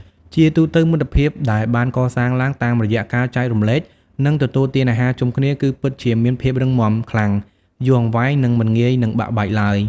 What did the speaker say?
ជាទូទៅ មិត្តភាពដែលបានកសាងឡើងតាមរយៈការចែករំលែកនិងទទួលទានអាហារជុំគ្នាគឺពិតជាមានភាពរឹងមាំខ្លាំង យូរអង្វែង និងមិនងាយនឹងបែកបាក់ឡើយ។